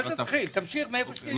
אל תתחיל, תמשיך מאיפה שהפסקת.